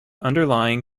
underlying